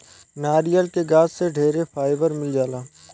नारियल के गाछ से ढेरे फाइबर मिल जाला